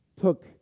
took